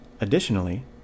Additionally